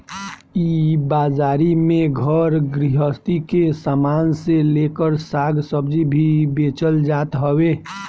इ बाजारी में घर गृहस्ती के सामान से लेकर साग सब्जी भी बेचल जात हवे